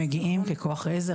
הם מגיעים ככח עזר,